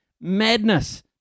Madness